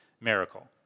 miracle